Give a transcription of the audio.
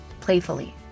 playfully